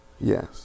Yes